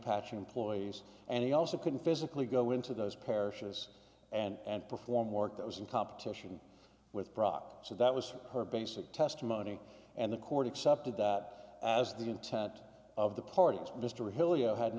pache employees and he also couldn't physically go into those parishes and perform work that was in competition with brock so that was her basic testimony and the court accepted that as the intent of the parties